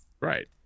right